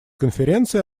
конференции